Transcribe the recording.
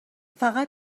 فقط